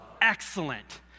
Excellent